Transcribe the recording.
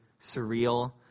surreal